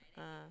ah